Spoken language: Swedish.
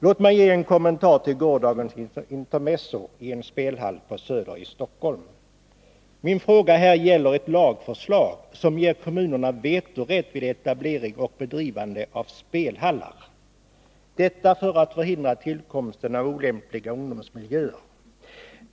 Låt mig ge en kommentar till gårdagens intermezzo i en spelhall på Söder i Stockholm. Min fråga gäller ett lagförslag som ger kommunerna vetorätt vid etablering och bedrivande av spelhallar — detta för att förhindra tillkomsten av olämpliga ungdomsmiljöer.